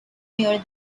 near